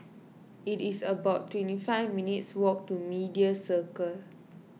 it is about twenty five minutes' walk to Media Circle